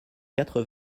quatre